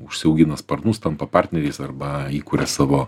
užsiaugina sparnus tampa partneriais arba įkuria savo